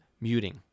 muting